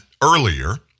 earlier